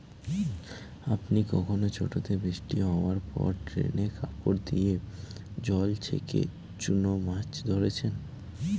আপনি কখনও ছোটোতে বৃষ্টি হাওয়ার পর ড্রেনে কাপড় দিয়ে জল ছেঁকে চুনো মাছ ধরেছেন?